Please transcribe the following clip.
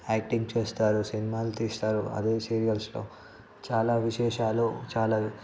acting చేస్తారు సినిమాలు తీస్తారు అదే సీరియల్స్లో చాలా విశేషాలు చాలా